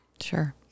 Sure